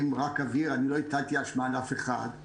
אבהיר, אני לא הטלתי אשמה על אף אחד.